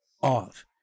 off